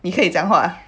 你可以讲话